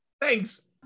Thanks